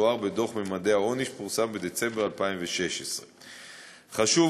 כמתואר בדוח ממדי העוני שפורסם בדצמבר 2016. חשוב